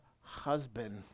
husband